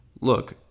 Look